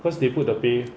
cause they put the pay